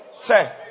Say